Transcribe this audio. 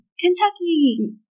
Kentucky